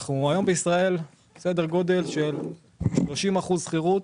אנחנו היום בישראל עם סדר גודל של 30% שכירות,